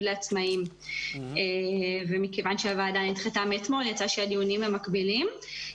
לעצמאים ומכיוון שהישיבה נדחתה מאתמול יצא שהדיונים מקבילים.